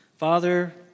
Father